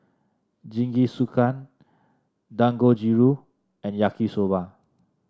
Jingisukan Dangojiru and Yaki Soba